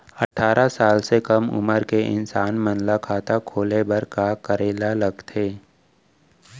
अट्ठारह साल से कम उमर के इंसान मन ला खाता खोले बर का करे ला लगथे?